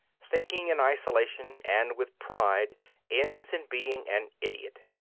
thinking in isolation and with pride ends in being an idiot.